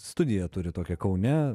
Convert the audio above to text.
studiją turi tokią kaune